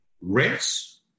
Rents